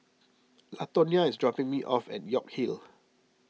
Latonya is dropping me off at York Hill